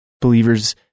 believers